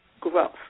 growth